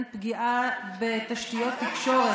בעניין פגיעה בתשתיות תקשורת.